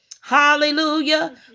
hallelujah